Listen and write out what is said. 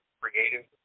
creative